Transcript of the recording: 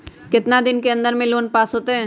कितना दिन के अन्दर में लोन पास होत?